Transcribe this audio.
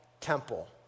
temple